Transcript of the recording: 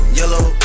yellow